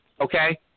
Okay